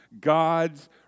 God's